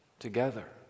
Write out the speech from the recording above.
together